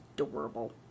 adorable